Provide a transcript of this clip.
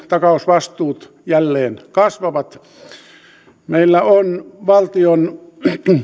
takausvastuut jälleen kasvavat meillä on valtion